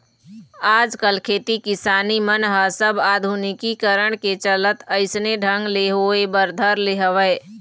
आजकल खेती किसानी मन ह सब आधुनिकीकरन के चलत अइसने ढंग ले होय बर धर ले हवय